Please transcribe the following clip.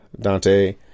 Dante